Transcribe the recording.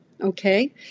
okay